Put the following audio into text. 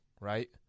right